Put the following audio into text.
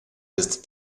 ist